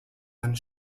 and